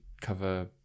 cover